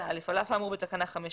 הוראות מעבר על אף האמור בתקנה 5(4),